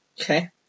Okay